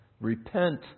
Repent